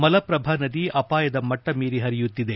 ಮಲಶ್ರಭಾ ನದಿ ಅಪಾಯದ ಮಟ್ಲ ಮೀರಿ ಪರಿಯುತ್ತಿದೆ